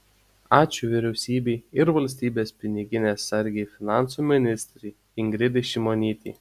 ačiū vyriausybei ir valstybės piniginės sargei finansų ministrei ingridai šimonytei